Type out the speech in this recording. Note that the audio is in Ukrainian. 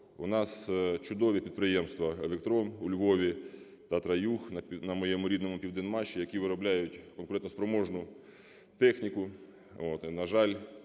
У нас чудові підприємства "Електрон" у Львові, "Татра-Юг" на моєму рідному "Південмаші", які виробляють конкурентоспроможну техніку.